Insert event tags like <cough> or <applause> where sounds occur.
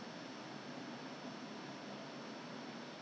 <laughs> or something like that or all my hands you know